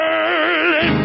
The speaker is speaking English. early